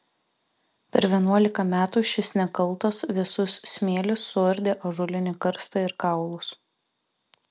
per vienuolika metų šis nekaltas vėsus smėlis suardė ąžuolinį karstą ir kaulus